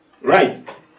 Right